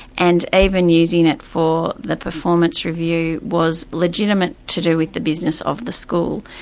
and even using it for the performance review was legitimate to do with the business of the school.